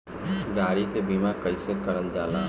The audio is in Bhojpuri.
गाड़ी के बीमा कईसे करल जाला?